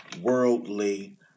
worldly